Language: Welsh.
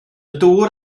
dŵr